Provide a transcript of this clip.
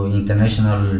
international